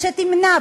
שתמנע,